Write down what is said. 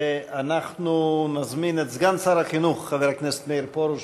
אנחנו נזמין את סגן שר החינוך חבר הכנסת מאיר פרוש,